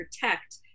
protect